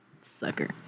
Sucker